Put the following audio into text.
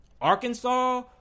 arkansas